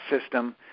system